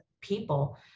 people